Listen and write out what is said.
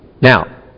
Now